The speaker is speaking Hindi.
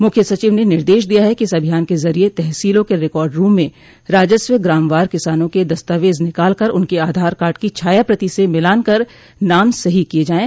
मुख्य सचिव ने निर्देश दिया है कि इस अभियान के जरिये तहसीलों के रिकार्ड रूम में राजस्व ग्रामवार किसानों के दस्तावेज़ निकाल कर उनके आधार कार्ड की छायाप्रति से मिलान कर नाम सही किये जाये